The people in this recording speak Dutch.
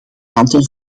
aantal